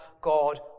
God